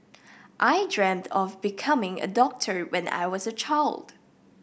I dreamt of becoming a doctor when I was a child